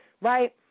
right